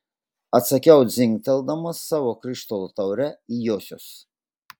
atsakiau dzingteldamas savo krištolo taure į josios